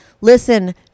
listen